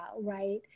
right